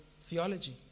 theology